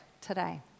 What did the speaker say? today